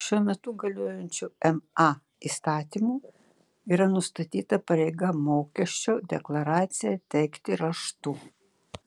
šiuo metu galiojančiu ma įstatymu yra nustatyta pareiga mokesčio deklaraciją teikti raštu